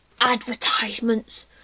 advertisements